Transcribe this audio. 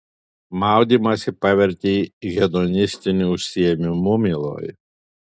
maudymąsi pavertei hedonistiniu užsiėmimu mieloji